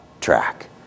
track